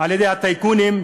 על-ידי הטייקונים,